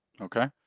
Okay